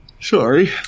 Sorry